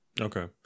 okay